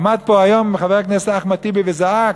עמד פה היום חבר הכנסת אחמד טיבי וזעק